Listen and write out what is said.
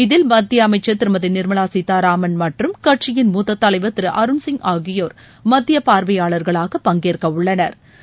இதில் மத்திய அமைச்சர் திருமதி நிர்மலா சீத்தாராமன் மற்றும் கட்சியின் மூத்த தலைவர் திரு அருண்சிங் ஆகியோா் மத்திய பாா்வையாளர்களாக பங்கேற்க உள்ளனா்